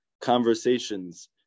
conversations